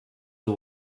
the